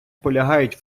полягають